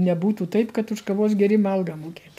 nebūtų taip kad už kavos gėrimą algą mokėt